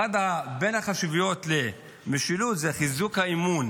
אחד העקרונות החשובים במשילות זה חיזוק האמון